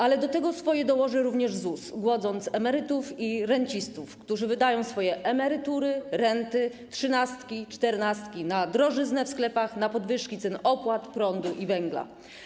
Ale do tego swoje dołoży również ZUS, głodząc emerytów i rencistów, którzy wydają swoje emerytury, renty, trzynastki, czternastki na drożyznę w sklepach, na podwyżki cen opłat, prądu i węgla.